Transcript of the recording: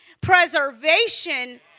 preservation